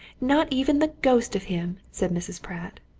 not even the ghost of him! said mrs. pratt.